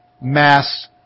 Mass